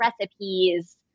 recipes